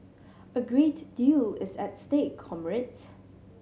a great deal is at stake comrades